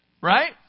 right